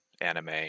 anime